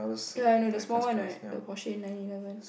ya I know the small one right the Porshe nine eleven